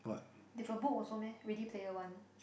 they've a book also meh Ready Player One